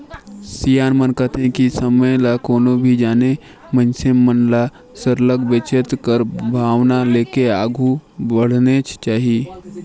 सियान मन कहथें कि समे ल कोनो नी जानें मइनसे मन ल सरलग बचेत कर भावना लेके आघु बढ़नेच चाही